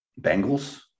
Bengals